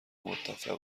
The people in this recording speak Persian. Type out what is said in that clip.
متفق